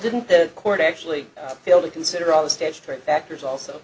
didn't the court actually fail to consider all the statutory factors also